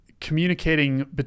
communicating